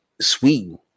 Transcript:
Sweden